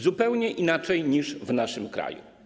Zupełnie inaczej niż w naszym kraju.